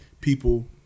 people